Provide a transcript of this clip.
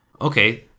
Okay